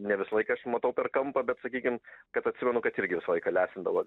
ne visą laiką aš matau per kampą bet sakykim kad atsimenu kad irgi visą laiką lesindavo